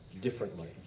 differently